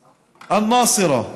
א-נאצרה,